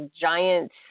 giant